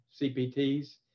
CPTs